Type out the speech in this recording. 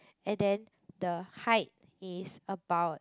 and then the height is about